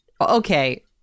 okay